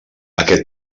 aquest